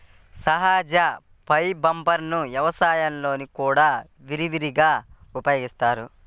సహజ ఫైబర్లను వ్యవసాయంలో కూడా విరివిగా ఉపయోగిస్తారు